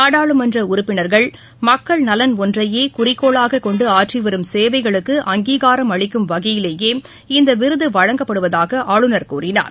நாடாளுமன்ற உறுப்பினர்கள் மக்கள் நலன் ஒன்றையே குறிக்கோளாகக் கொண்டு ஆற்றிவரும் சேவைகளுக்கு அங்கீகாரம் அளிக்கும் வகையிலேயே இந்த விருது வழங்கப்படுவதாக ஆளுநர் கூறினார்